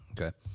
Okay